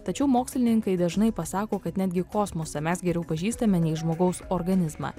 tačiau mokslininkai dažnai pasako kad netgi kosmosą mes geriau pažįstame nei žmogaus organizmą